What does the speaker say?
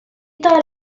thought